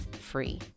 free